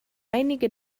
einige